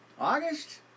August